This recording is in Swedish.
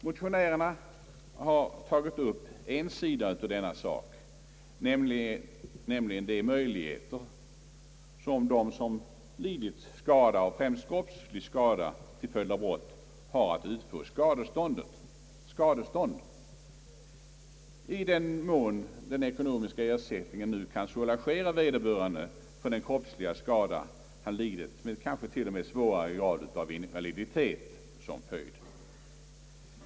Motionärerna har tagit upp en sida av denna sak, nämligen de möjligheter som den som lidit skada och främst kroppslig skada till följd av brott har att utfå skadestånd i den mån ekonomisk ersättning nu kan soulagera vederbörande för den kroppsliga skada han lidit med kanske till och med svårare grad av invaliditet som följd.